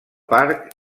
parc